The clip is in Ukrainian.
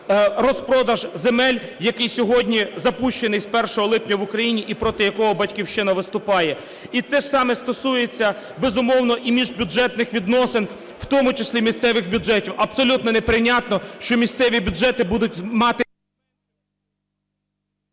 розпродаж земель, який сьогодні запущений з 1 липня в Україні і проти якого "Батьківщина" виступає, і це ж саме стосується, безумовно, і міжбюджетних відносин, в тому числі місцевих бюджетів. Абсолютно неприйнятно, що місцеві бюджети будуть мати…